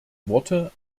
worte